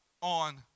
on